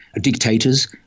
dictators